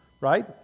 right